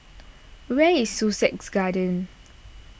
where is Sussex Garden